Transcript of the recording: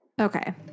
okay